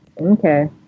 Okay